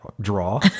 draw